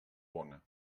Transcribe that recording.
bona